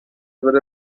بره